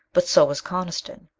but so was coniston!